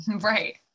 Right